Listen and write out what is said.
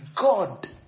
God